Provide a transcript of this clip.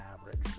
average